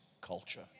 culture